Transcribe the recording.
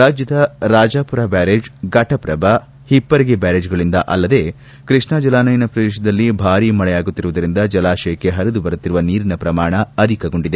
ರಾಜ್ಯದ ರಾಜಾಮರ ಬ್ದಾರೇಜ್ ಫಟಪ್ರಭ ಹಿಪ್ಪರಗಿ ಬ್ಕಾರೇಜ್ಗಳಿಂದ ಅಲ್ಲದೆ ಕೃಷ್ಣ ಜಲಾನಯನ ಪ್ರದೇಶದಲ್ಲಿ ಭಾರಿ ಮಳೆಯಾಗುತ್ತಿರುವುದರಿಂದ ಜಲಾಶಯಕ್ಕೆ ಪರಿದು ಬರುತ್ತಿರುವ ನೀರಿನ ಪ್ರಮಾಣ ಅಧಿಕಗೊಂಡಿದೆ